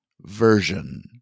version